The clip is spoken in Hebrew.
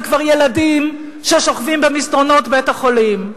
זה כבר ילדים ששוכבים במסדרונות בית-החולים.